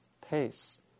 pace